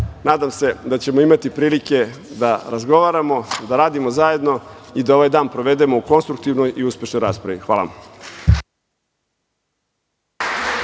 nadam se da ćemo imati prilike da razgovaramo, da radimo zajedno i da ovaj dan provedemo u konstruktivnoj i uspešnoj raspravi. Hvala